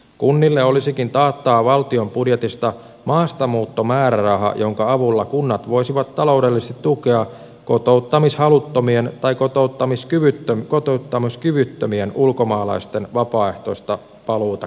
kunnille olisikin taattava valtion budjetista maastamuuttomääräraha jonka avulla kunnat voisivat taloudellisesti tukea kotouttamishaluttomien tai kotouttamiskyvyttömien ulkomaalaisten vapaaehtoista paluuta kotimaihinsa